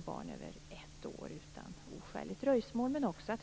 barn över ett år för de föräldrar som så önskar.